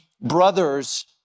brothers